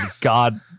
God